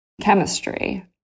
chemistry